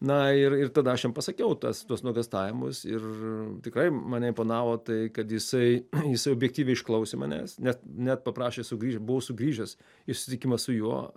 na ir ir tada aš jam pasakiau tas tuos nuogąstavimus ir tikrai mane imponavo tai kad jisai jisai objektyviai išklausė manęs net net paprašė sugrįžt buvo sugrįžęs į susitikimą su juo